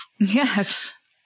Yes